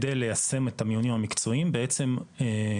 כדי ליישם את המיונים המקצועיים הם בעצם יצרו